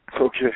Okay